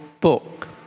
book